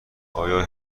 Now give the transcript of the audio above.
آیا